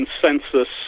consensus